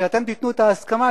כשאתם תיתנו את ההסכמה,